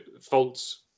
faults